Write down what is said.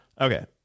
Okay